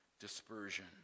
dispersion